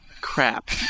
crap